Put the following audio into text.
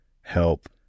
help